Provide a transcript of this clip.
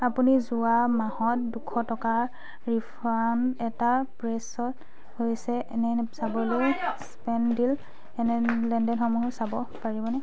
আপুনি যোৱা মাহত দুশ টকাৰ ৰিফাণ্ড এটা প্ৰেছত হৈছে নে চাবলৈ স্নেপডীল লে লেনদেনসমূহ চাব পাৰিবনে